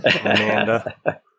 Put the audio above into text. Amanda